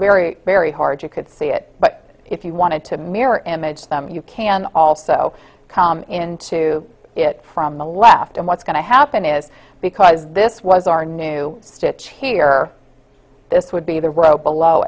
very very hard you could see it but if you wanted to mirror image them you can also come into it from the left and what's going to happen is because this was our new stitch here this would be the row below